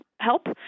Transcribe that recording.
help